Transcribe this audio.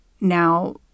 now